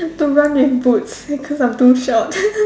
to run with boots because I'm too short